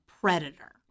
predator